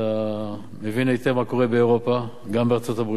אתה מבין היטב מה קורה באירופה, גם בארצות-הברית.